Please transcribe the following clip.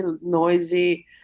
noisy